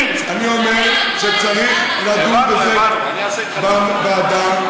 אני אומר שצריך לדון בזה בוועדה,